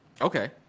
Okay